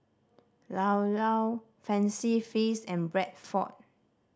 Llao Llao Fancy Feast and Bradford